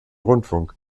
rundfunk